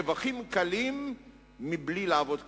רווחים קלים בלי לעבוד קשה,